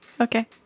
Okay